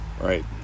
Right